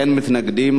אין מתנגדים.